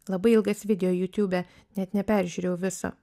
labai ilgas video jutube net neperžiūrėjau viso